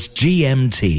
gmt